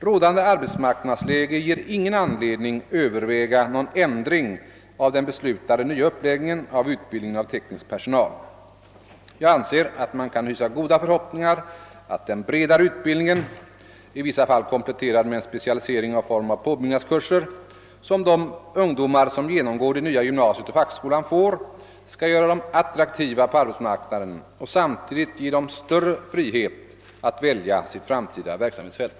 Rådande arbetsmarknadsläge ger ingen anledning överväga någon ändring av den beslutade nya uppläggningen av utbildningen av teknisk personal. Jag anser att man kan hysa goda förhoppningar att den bredare utbildning — i vissa fall kompletterad med en specialisering i form av påbyggnadskurser — som de ungdomar som genomgår det nya gymnasiet och fackskolan får skall göra dem attraktiva på arbetsmarknaden och samtidigt ge dem större frihet att välja sitt framtida verksamhetsfält.